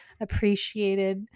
appreciated